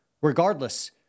regardless